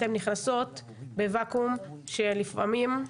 אתן נכנסות בוואקום שלפעמים,